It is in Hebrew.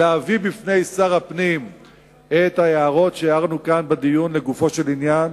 להביא לפני שר הפנים את ההערות שהערנו כאן בדיון לגופו של עניין.